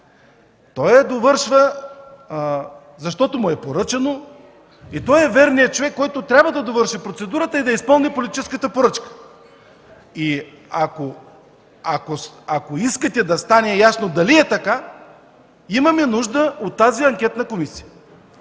Той я довършва, защото му е поръчано и е верният човек, който трябва да довърши процедурата и да изпълни политическата поръчка. Ако искате да стане ясно дали е така, имаме нужда от тази анкетна комисия.